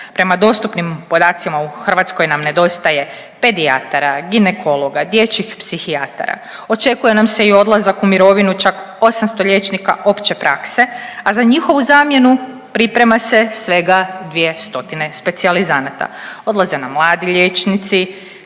Prema dostupnim podacima u Hrvatskoj nam nedostaje pedijatara, ginekologa, dječjih psihijatara, očekuje nam se i odlazak u mirovinu čak 800 liječnika opće prakse, a za njihovu zamjenu priprema se svega 200 specijalizanata. Odlaze nam mladi liječnici,